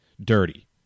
dirty